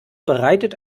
bereitet